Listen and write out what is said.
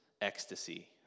ecstasy